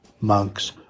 monks